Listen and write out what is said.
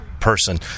person